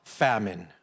famine